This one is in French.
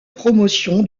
promotion